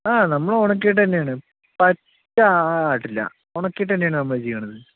ആ നമ്മൾ ഉണക്കിയിട്ട് തന്നെയാണ് പച്ച ആട്ടില്ല ഉണക്കിയിട്ട് തന്നെയാണ് നമ്മൾ ചെയ്യണത്